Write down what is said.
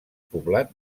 poblat